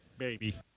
maybe.